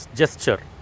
gesture